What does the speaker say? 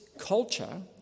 culture